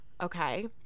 okay